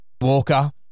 Walker